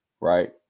right